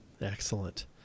Excellent